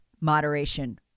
moderation